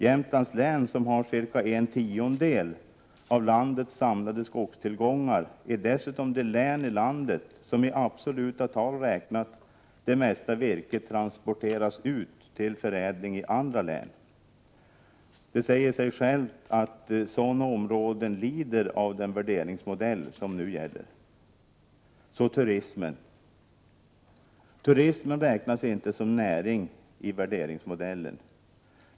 Jämtlands län, som har cirka en tiondel av landets samlade skogstillgångar, är dessutom det län i landet där i absoluta tal det mesta virket transporteras ut till förädling i andra län. Det säger sig självt att sådana områden blir lidande av den värderingsmodell som nu gäller. Så turismen. Turismen räknas inte som näring i värderingsmodellen.